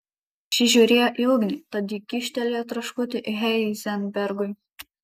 šis žiūrėjo į ugnį tad ji kyštelėjo traškutį heizenbergui